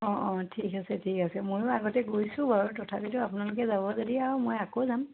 অঁ অঁ ঠিক আছে ঠিক আছে ময়ো আগতে গৈছোঁ বাৰু তথাপিতো আপোনালোকে যাব যদি আৰু মই আকৌ যাম